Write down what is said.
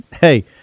Hey